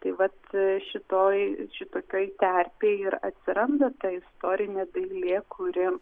tai vat šitoj šitokioj terpėj ir atsiranda ta istorinė dailė kuri